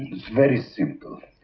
it's very simple.